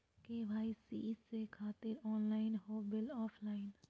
KYC से खातिर online हो बिल ऑफलाइन?